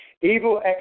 evil